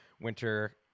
winter